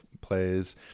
plays